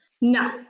No